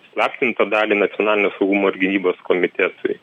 įslaptintą dalį nacionalinio saugumo ir gynybos komitetui